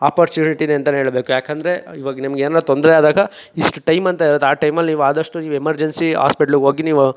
opportunity ಅಂತ ಹೇಳ್ಬೇಕು ಯಾಕಂದರೆ ಇವಾಗ ನಿಮಗೇನಾರ ತೊಂದರೆ ಆದಾಗ ಇಷ್ಟು ಟೈಮಂತ ಇರುತ್ತೆ ಆ ಟೈಮಲ್ಲಿ ನೀವಾದಷ್ಟು ನೀವು ಎಮರ್ಜೆನ್ಸಿ ಹಾಸ್ಪೆಟ್ಲಿಗೆ ಹೋಗಿ ನೀವು